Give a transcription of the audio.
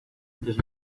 antes